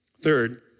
Third